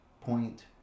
Point